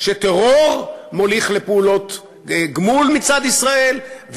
שטרור מוליך לפעולות גמול מצד ישראל,